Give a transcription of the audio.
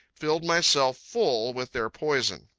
filled myself full with their poison.